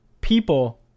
people